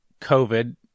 covid